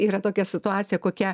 yra tokia situacija kokia